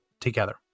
together